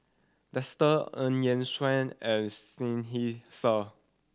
Dester Eu Yan Sang and Seinheiser